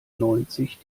neunzig